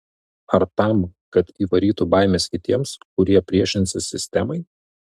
ar tam kad įvarytų baimės kitiems kurie priešinsis sistemai